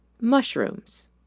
MUSHROOMS